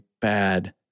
bad